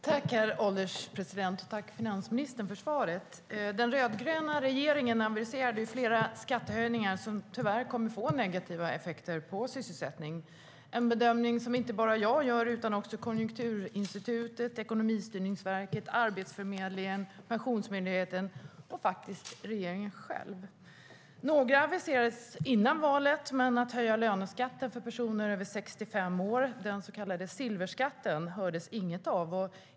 Herr ålderspresident! Tack, finansministern för svaret. Den rödgröna regeringen aviserade flera skattehöjningar som tyvärr kommer att få negativa effekter på sysselsättningen. Det är en bedömning som inte bara jag gör, utan det gör också Konjunkturinstitutet, Ekonomistyrningsverket, Arbetsförmedlingen, Pensionsmyndigheten och faktiskt regeringen själv. Några skattehöjningar aviserades före valet, men att höja löneskatten för personer över 65 år - den så kallade silverskatten - hördes det inget om.